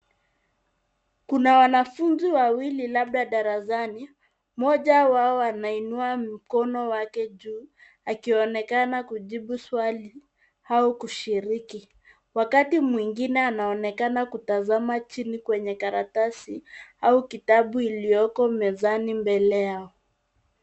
Kuna wanafunzi wawili labda darasani, mmoja wao anainua mkono wake juu akionekana kujibu swali au kushiriki wakati mwingine anaonekana kutazama chini kwenye karatasi au kitabu iliyoko mezani mbele yao.